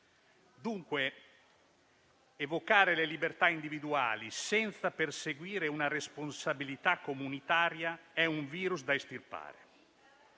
Dunque, evocare le libertà individuali senza perseguire una responsabilità comunitaria è un virus da estirpare.